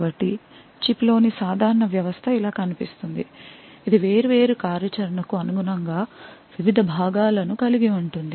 కాబట్టి చిప్లోని సాధారణ వ్యవస్థ ఇలా కనిపిస్తుంది ఇది వేర్వేరు కార్యాచరణకు అనుగుణంగా వివిధ భాగాలను కలిగి ఉంటుంది